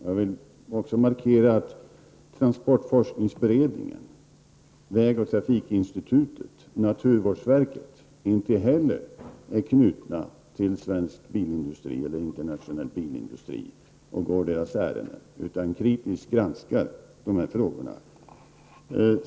Jag vill också markera att transportforskningsberedningen, väg och trafikinstitutet samt naturvårdsverket inte heller är knutna till svensk eller internationell bilindustri och går deras ärenden, utan de granskar kritiskt dessa frågor.